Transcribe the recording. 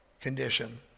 condition